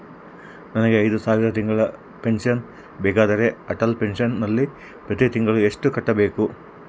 ನನಗೆ ಐದು ಸಾವಿರ ತಿಂಗಳ ಪೆನ್ಶನ್ ಬೇಕಾದರೆ ಅಟಲ್ ಪೆನ್ಶನ್ ನಲ್ಲಿ ಪ್ರತಿ ತಿಂಗಳು ಎಷ್ಟು ಕಟ್ಟಬೇಕು?